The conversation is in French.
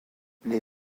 les